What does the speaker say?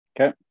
okay